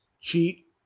cheat